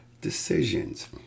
decisions